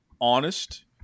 honest